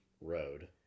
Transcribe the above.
Road